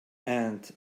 and